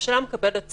הממשלה מקבלת סמכות.